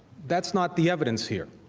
that's not the evidence here.